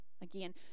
Again